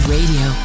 Radio